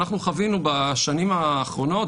אנחנו חווינו בשנים האחרונות,